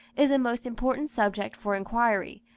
is a most important subject for inquiry,